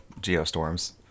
geostorms